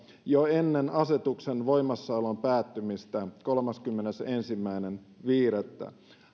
jo ennen asetuksen voimassaolon päättymistä kolmaskymmenesensimmäinen viidettä